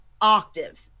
octave